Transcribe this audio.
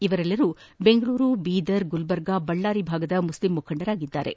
ಇವರೆಲ್ಲರೂ ಬೆಂಗಳೂರು ಬೀದರ್ ಗುಲ್ಬರ್ಗಾ ಬಳ್ಳಾರಿ ಭಾಗದ ಮುಸ್ಲಿಂ ಮುಖಂಡರಾಗಿದ್ದಾರೆ